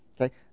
okay